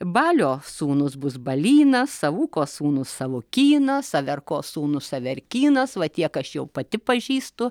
balio sūnus bus balynas savuko sūnus savukynas saverkos sūnus saverkynas va tiek aš jau pati pažįstu